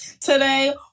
Today